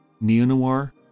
Neo-noir